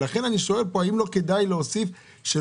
לכן אני שואל האם לא כדאי להוסיף כאן